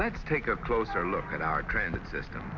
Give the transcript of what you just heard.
let's take a closer look at our transit system